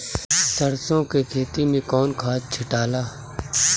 सरसो के खेती मे कौन खाद छिटाला?